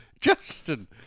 Justin